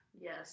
Yes